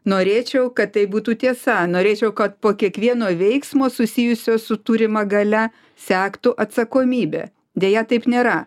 norėčiau kad tai būtų tiesa norėčiau kad po kiekvieno veiksmo susijusio su turima galia sektų atsakomybė deja taip nėra